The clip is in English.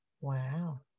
Wow